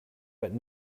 but